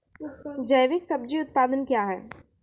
जैविक सब्जी उत्पादन क्या हैं?